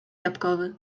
jabłkowy